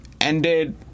ended